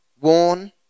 Warn